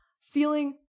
feeling